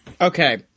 Okay